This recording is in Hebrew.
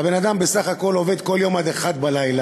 והבן-אדם בסך הכול עובד כל יום עד 01:00,